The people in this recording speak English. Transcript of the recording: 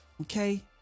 Okay